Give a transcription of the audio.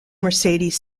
mercedes